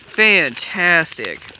Fantastic